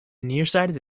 nearsighted